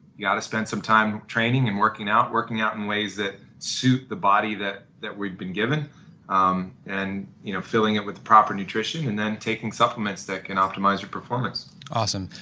you ought to spend some time training and working out, working out in ways that suit the body that that we'd been given um and you know filling it with proper nutrition and then taking supplements that can optimize your performance awesome.